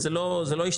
זה לא השתפר.